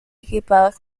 equipados